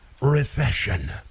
recession